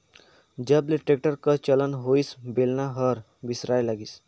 जब ले टेक्टर कर चलन होइस बेलना हर बिसराय लगिस